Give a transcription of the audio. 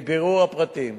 מבירור הפרטים